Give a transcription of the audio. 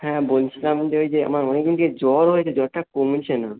হ্যাঁ বলছিলাম যে ওই যে আমার অনেক দিন থেকে জ্বর হয়েছে জ্বরটা কমছে না